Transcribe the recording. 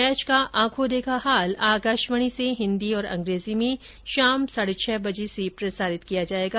match का आंखों देखा हाल आकाशवाणी से हिन्दी और अंग्रेजी में शाम साढ़े छह बजे से प्रसारित किया जाएगा